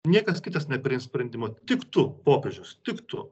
niekas kitas nepriims sprendimo tik tu popiežius tik tu